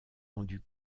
rendu